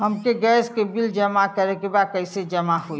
हमके गैस के बिल जमा करे के बा कैसे जमा होई?